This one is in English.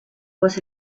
was